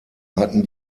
hatten